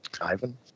Ivan